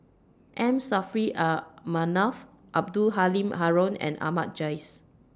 M Saffri A Manaf Abdul Halim Haron and Ahmad Jais